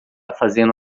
fazendo